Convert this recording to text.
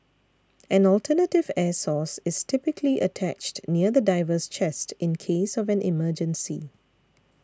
an alternative air source is typically attached near the diver's chest in case of an emergency